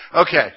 Okay